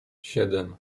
siedem